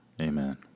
Amen